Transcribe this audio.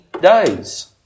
days